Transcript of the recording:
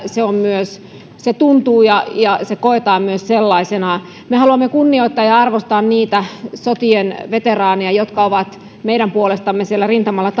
se tuntuu sellaiselta ja se myös koetaan sellaisena me haluamme kunnioittaa ja ja arvostaa niitä sotien veteraaneja jotka ovat meidän puolestamme siellä rintamalla